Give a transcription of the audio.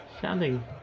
Sounding